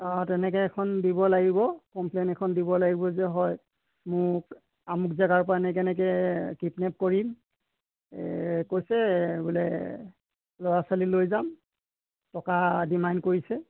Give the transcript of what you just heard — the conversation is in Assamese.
অঁ তেনেকৈ এখন দিব লাগিব কম্প্লেইন এখন দিব লাগিব যে হয় মোক আমুক জাগাৰ পা এনেকৈ এনেকৈ কিডনেপ কৰিম কৈহে বোলে ল'ৰা ছোৱালী লৈ যাম টকা ডিমাণ্ড কৰিছে